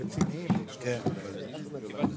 -- תוכנית